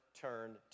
Turn